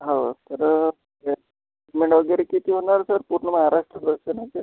हो तर पेमेंट वगैरे किती होणार सर पूर्ण महाराष्ट्र दर्शनाचे